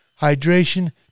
hydration